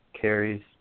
carries